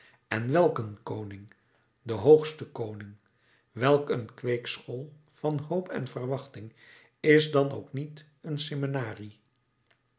en welk een koning de hoogste koning welk een kweekschool van hoop en verwachting is dan ook niet een seminaire